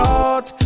out